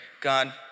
God